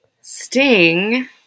sting